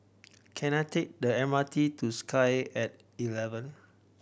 can I take the MRT to Sky and eleven